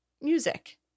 Music